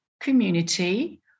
community